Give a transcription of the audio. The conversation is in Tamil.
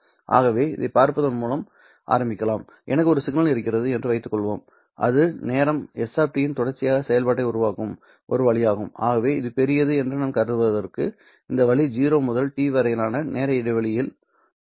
ஆகவே இதைப் பார்ப்பதன் மூலம் ஆரம்பிக்கலாம் எனக்கு ஒரு சிக்னல் இருக்கிறது என்று வைத்துக்கொள்வோம் இது நேரம் s இன் தொடர்ச்சியான செயல்பாட்டை உருவாக்கும் ஒரு வழியாகும் ஆகவே இது பெரியது என்று நான் கருதுவதற்கு இந்த வழி 0 முதல் t வரையிலான நேர இடைவெளியில் வரையறுக்கப்படுகிறது